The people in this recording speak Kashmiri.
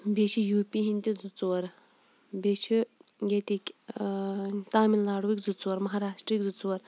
بیٚیہِ چھِ یوٗ پی ہٕنٛد تہٕ زٕ ژور بیٚیہِ چھِ ییتہِ کٮ۪ن تامِل ناڈُوٕکۍ زٕ ژور مہراشٹرہٕکۍ زٕ ژور